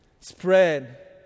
spread